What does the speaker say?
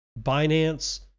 Binance